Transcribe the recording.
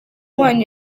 wanyu